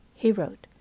he wrote,